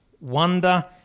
wonder